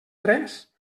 tres